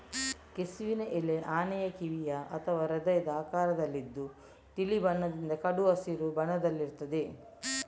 ಕೆಸುವಿನ ಎಲೆ ಆನೆಯ ಕಿವಿಯ ಅಥವಾ ಹೃದಯದ ಆಕಾರದಲ್ಲಿದ್ದು ತಿಳಿ ಬಣ್ಣದಿಂದ ಕಡು ಹಸಿರು ಬಣ್ಣದಲ್ಲಿರ್ತದೆ